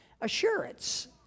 assurance